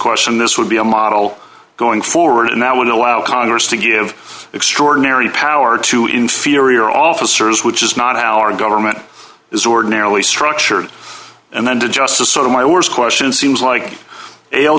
question this would be a model going forward and that would allow congress to give extraordinary power to inferior officers which is not how our government is ordinarily structured and then to just sort of my worst question seems like a